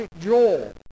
Joel